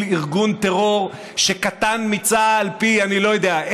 ארגון טרור שקטן מצה"ל פי אני לא יודע,